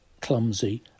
clumsy